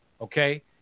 okay